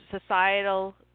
societal